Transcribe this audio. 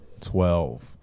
twelve